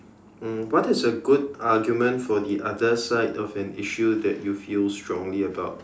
um what is a good argument for the other side of an issue that you feel strongly about